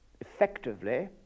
effectively